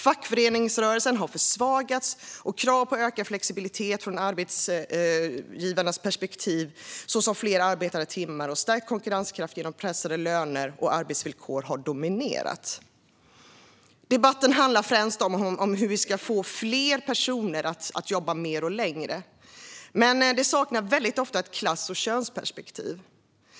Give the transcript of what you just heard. Fackföreningsrörelsen har försvagats, och krav på ökad flexibilitet från arbetsgivarnas perspektiv, såsom fler arbetade timmar och stärkt konkurrenskraft genom pressade löner och arbetsvillkor, har dominerat. Debatten handlar främst om hur vi ska få fler personer att jobba mer och längre, men den saknar väldigt ofta ett klass och könsperspektiv.